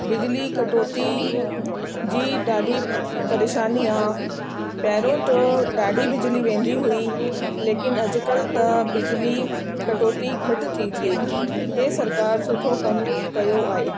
बिजली कटौती जी ॾाढी परेशानी आहे पहिरियों त ॾाढी बिजली वेंदी हुई लेकिन अॼुकल्ह त बिजली कटौती घटि थी थिए इहा सरकारु सुठो कमु कयो आहे